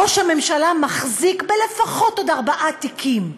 ראש הממשלה מחזיק בלפחות עוד ארבעה תיקים.